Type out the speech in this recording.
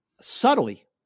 subtly